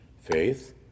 Faith